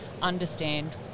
understand